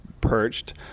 perched